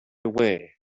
away